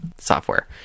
software